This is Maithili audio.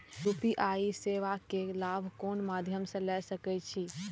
यू.पी.आई सेवा के लाभ कोन मध्यम से ले सके छी?